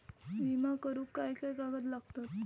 विमा करुक काय काय कागद लागतत?